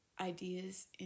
ideas